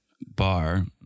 bar